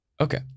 Okay